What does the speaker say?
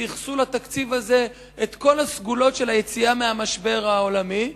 וייחסו לתקציב הזה את כל הסגולות של היציאה מהמשבר העולמי,